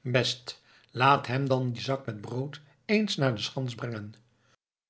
best laat hem dan dien zak met brood eens naar de schans